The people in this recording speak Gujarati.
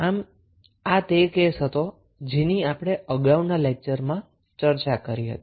આમ આ તે કેસ હતો જેની આપણે અગાઉના કલાસમા ચર્ચા કરી હતી